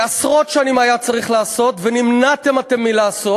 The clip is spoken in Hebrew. שעשרות שנים היה צריך לעשות ונמנעתם אתם מלעשות?